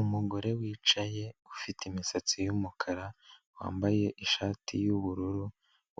Umugore wicaye ufite imisatsi y'umukara, wambaye ishati y'ubururu,